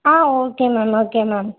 ah okay ma'am okay ma'am